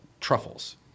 truffles